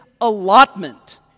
allotment